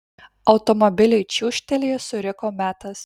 automobiliui čiūžtelėjus suriko metas